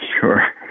Sure